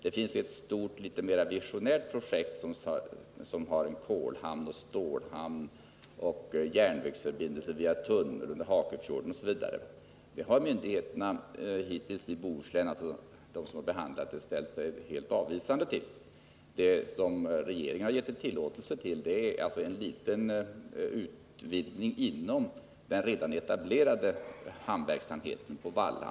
Det finns ett stort, mera visionärt projekt med kolhamn och stålhamn, järnvägsförbindelse via tunnel under fjorden. Detta har de myndigheter i Bohuslän som hittills behandlat ärendet ställt sig helt avvisande till. Det regeringen har givit tillåtelse till är en liten utvidgning inom den redan etablerade hamnverksamheten.